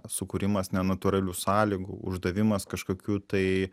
sukūrimas nenatūralių sąlygų uždavimas kažkokių tai